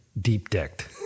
deep-decked